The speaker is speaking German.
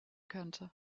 könnte